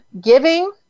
giving